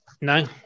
No